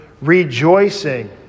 rejoicing